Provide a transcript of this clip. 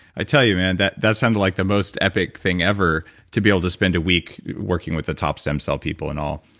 i tell you man, that that sounded like the most epic thing ever to be able to spend a week working with the top stem cell people and all,